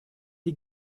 die